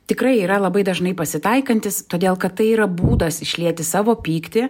tikrai yra labai dažnai pasitaikantis todėl kad tai yra būdas išlieti savo pyktį